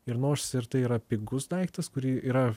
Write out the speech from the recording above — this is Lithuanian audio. ir nors tai yra pigus daiktas kuri yra